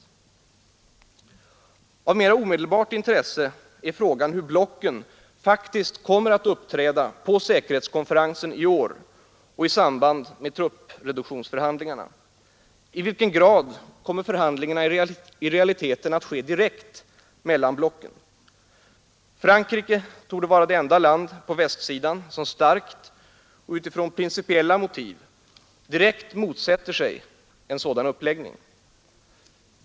Av mer omedelbart intresse är frågan, hur blocken faktiskt kommer att uppträda på säkerhetskonferensen i år och i samband med truppreduktionsförhandlingarna. I vilken grad kommer förhandlingar i realiteten att ske direkt mellan blocken? Frankrike torde vara det enda land på västsidan som starkt och utifrån principiella motiv direkt motsätter sig en sådan uppläggning.